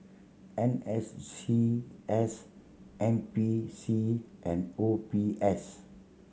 N S C S N P C and O B S